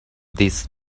this